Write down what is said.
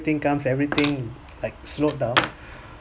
thing comes everything Iike slowed down